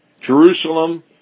Jerusalem